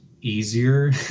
easier